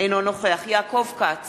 אינו נוכח יעקב כץ,